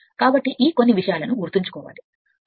కాబట్టి దానిని కొన్ని విషయాలను గుర్తుంచుకోవాలి